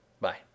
Bye